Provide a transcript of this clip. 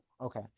okay